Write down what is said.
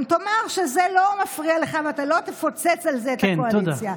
תאמר שזה לא מפריע לך ואתה לא תפוצץ על זה את הקואליציה.